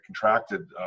contracted